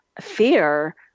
fear